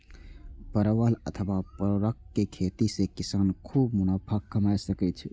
परवल अथवा परोरक खेती सं किसान खूब मुनाफा कमा सकै छै